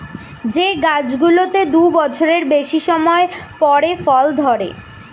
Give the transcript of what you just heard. যে গাছগুলোতে দু বছরের বেশি সময় পরে ফল ধরে